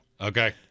okay